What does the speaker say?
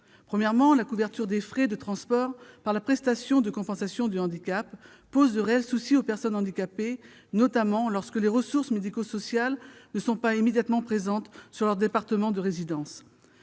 Premièrement, la couverture des frais de transport par la prestation de compensation du handicap pose de réels soucis aux personnes handicapées, notamment lorsque les ressources médico-sociales ne sont pas immédiatement présentes dans leur département de résidence,